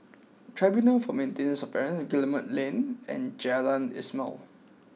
Tribunal for Maintenance of Parents Guillemard Lane and Jalan Ismail